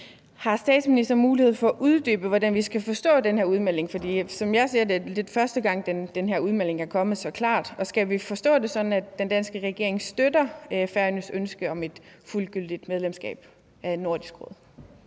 Har statsministeren mulighed for at uddybe, hvordan vi skal forstå den her udmelding? For som jeg ser det, er det lidt første gang, at den her udmelding er kommet så klart, og skal vi forstå det sådan, at den danske regering støtter Færøernes ønske om et fuldgyldigt medlemskab af Nordisk Råd?